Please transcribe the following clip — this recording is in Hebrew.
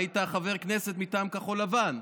והיית חבר כנסת מטעם כחול לבן,